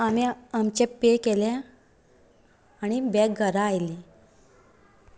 आमी आमचे पे केले आनीक बॅक घरां आयली